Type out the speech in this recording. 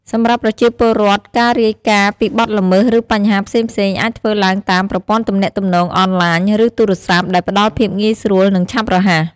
សម្រាប់ប្រជាពលរដ្ឋ ការរាយការណ៍ពីបទល្មើស ឬបញ្ហាផ្សេងៗអាចធ្វើឡើងតាម ប្រព័ន្ធទំនាក់ទំនងអនឡាញ ឬទូរស័ព្ទ ដែលផ្តល់ភាពងាយស្រួល និងឆាប់រហ័ស។